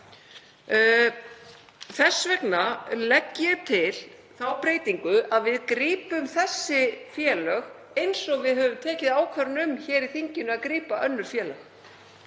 Þess vegna legg ég til þá breytingu að við grípum þessi félög, eins og við höfum tekið ákvörðun um hér í þinginu að grípa önnur félög.